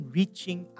reaching